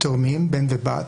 תאומים, בן ובת,